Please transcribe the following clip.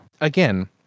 Again